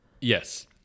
Yes